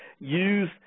Use